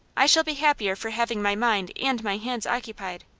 i shall be happier for having my mind and my hands occupied.